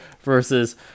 versus